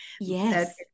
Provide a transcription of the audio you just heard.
Yes